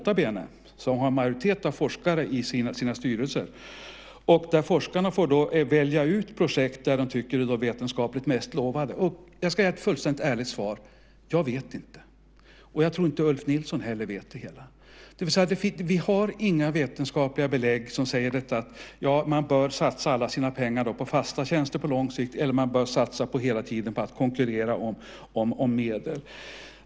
Det har en majoritet av forskare i sina styrelser. Forskarna får där välja ut de projekt som de tycker är vetenskapligt mest lovande. Jag ska ge ett fullständigt ärligt svar. Jag vet inte! Och jag tror inte att Ulf Nilsson heller vet det. Vi har inga vetenskapliga belägg som säger att man bör satsa alla sina pengar på fasta tjänster på lång sikt eller att man bör satsa på att hela tiden konkurrera om medel.